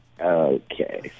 Okay